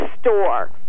store